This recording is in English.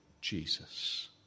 Jesus